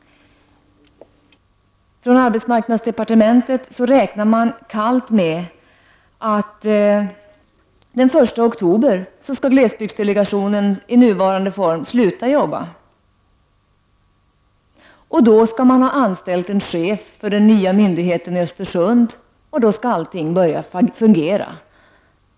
Från arbetsmarknadsdepartementet räknar man kallt med att den 1 oktober skall glesbygdsdelegationen i nuvarande form sluta jobba. Då skall man ha anställt en chef för den nya myndigheten i Östersund, och allting skall börja fungera.